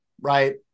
right